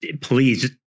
please